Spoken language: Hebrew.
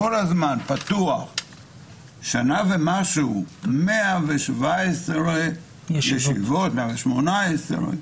במשך שנה ומשהו התקיימו 118 ישיבות.